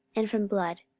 and from blood,